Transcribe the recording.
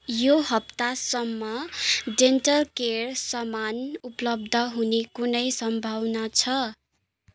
यो हप्तासम्म dental care सामान उपलब्ध हुने कुनै सम्भावना छ